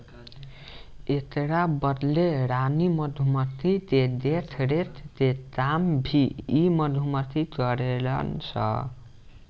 एकरा बदले रानी मधुमक्खी के देखरेख के काम भी इ मधुमक्खी करेले सन